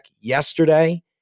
yesterday